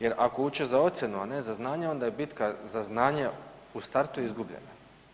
Jer ako uče za ocjenu, a ne za znanje, onda je bitka za znanje u startu izgubljena.